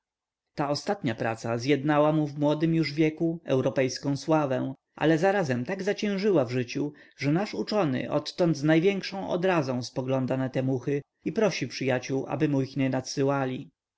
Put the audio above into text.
łowików asilida ta ostatnia praca zjednała mu w młodym już wieku europejską sławę ale zarazem tak zaciężyła w życiu że nasz uczony odtąd z największą odrazą spogląda na te muchy i prosi przyjaciół aby mu